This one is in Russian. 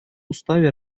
уставе